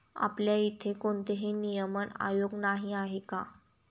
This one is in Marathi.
आपल्या इथे कोणतेही नियमन आयोग नाही आहे का?